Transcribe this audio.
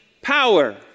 power